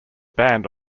band